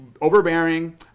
overbearing